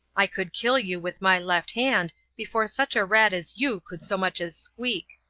i could kill you with my left hand before such a rat as you could so much as squeak.